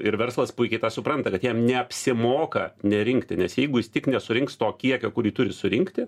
ir verslas puikiai supranta kad jam neapsimoka nerinkti nes jeigu jis tik nesurinks to kiekio kurį turi surinkti